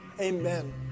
Amen